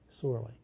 sorely